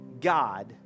God